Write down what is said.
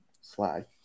slide